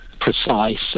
precise